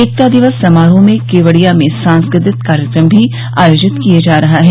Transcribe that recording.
एकता दिवस समारोह में केवड़िया में सांस्कृतिक कार्यक्रम भी आयोजित किया जा रहा है